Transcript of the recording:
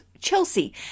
Chelsea